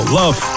love